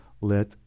Let